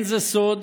זה לא סוד